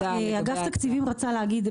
אגף התקציבים רצתה להגיד.